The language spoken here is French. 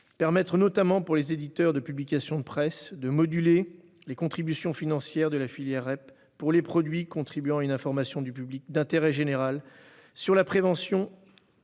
permettre, notamment pour les éditeurs de publications de presse, de moduler les contributions financières de la filière REP pour les produits contribuant à une information du public d'intérêt général sur la prévention